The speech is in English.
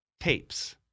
Tapes